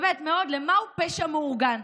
באמת, מאוד, על מהו פשע מאורגן.